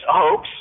hoax